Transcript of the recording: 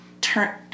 Turn